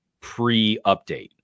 pre-update